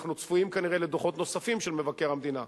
ואנחנו צפויים כנראה לדוחות נוספים של מבקר המדינה.